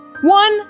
one